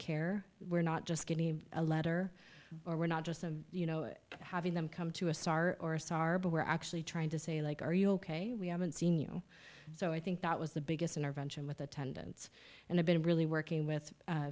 care we're not just getting a letter or we're not just of you know it having them come to a star or a star but we're actually trying to say like are you ok we haven't seen you so i think that was the biggest intervention with attendance and i've been really working with